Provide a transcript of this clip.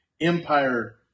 empire